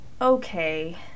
okay